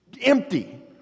empty